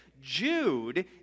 Jude